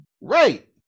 right